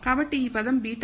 కాబట్టి ఈ పదం β̂1 2